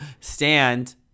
stand